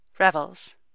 REVELS